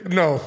no